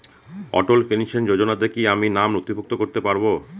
অটল pension যোজনাতে কি আমি নাম নথিভুক্ত করতে পারবো?